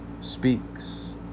Speaks